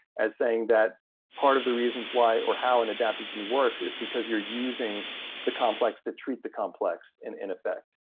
as saying that part of the reasons why or how an adaptogen works, is because you're using the complex to treat the complex in in effect?